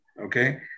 okay